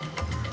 היום?